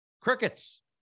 Crickets